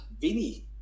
Vinny